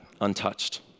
untouched